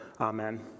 Amen